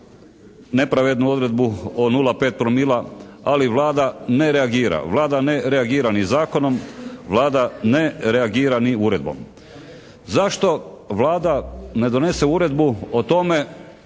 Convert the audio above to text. nepravednu odredbu o 0,5 promila, ali Vlada ne reagira. Vlada ne reagira ni zakonom, Vlada ne reagira ni uredbom. Zašto Vlada ne donese uredbu o tome